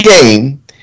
game